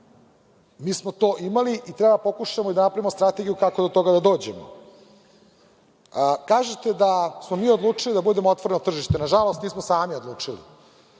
Mi smo to imali i treba da pokušamo da napravimo strategiju kako do toga da dođemo. Kažete da smo mi odlučili da budemo otvoreno tržište. Nažalost, nismo sami odlučili.